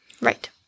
Right